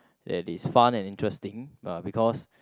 that is fun and interesting uh because